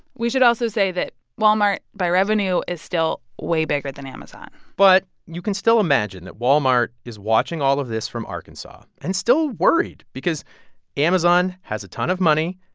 we should also say that walmart, by revenue, is still way bigger than amazon but you can still imagine that walmart is watching all of this from arkansas and still worried because amazon has a ton of money.